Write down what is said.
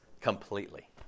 completely